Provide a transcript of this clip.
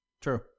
True